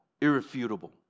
irrefutable